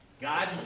God